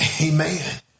Amen